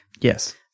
Yes